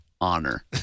honor